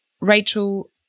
Rachel